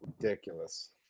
Ridiculous